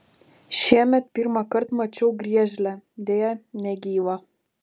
šiemet pirmąkart mačiau griežlę deja negyvą